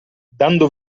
dando